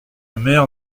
mère